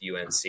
UNC